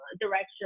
direction